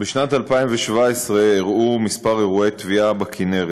בשנת 2017 אירעו כמה אירועי טביעה בכינרת,